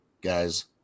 guys